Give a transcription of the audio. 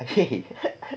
okay